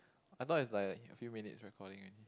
I thought is like a few minutes recording only